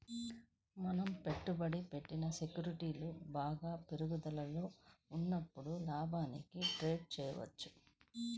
మనం పెట్టుబడి పెట్టిన సెక్యూరిటీలు బాగా పెరుగుదలలో ఉన్నప్పుడు లాభానికి ట్రేడ్ చేయవచ్చు